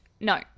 No